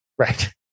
Right